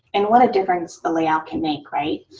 and what a difference a layout can make right?